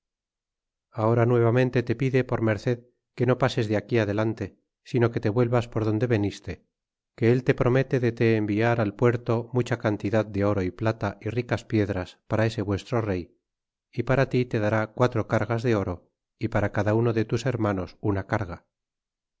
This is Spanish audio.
ahora nuevamente te pide por merced que no pases de aquí adelante sino que te vuelvas por donde veniste que él te promete de te enviar al puerto mucha cantidad de oro y plata y ricas piedras para ese vuestro rey y para ti te dará quatro cargas de oro y para cada uno de tus hermanos una carga